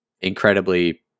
Incredibly